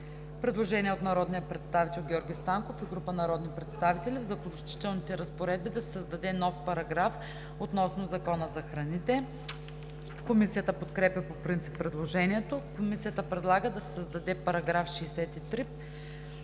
предложение на народния представител Георги Станков и група народни представители: „В Заключителните разпоредби да се създаде нов параграф относно Закона за фуражите.“ Комисията подкрепя предложението. Комисията предлага да се създаде § 62: „§ 62.